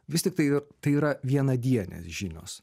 vis tiktai tai yra vienadienės žinios